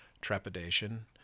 trepidation